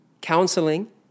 counseling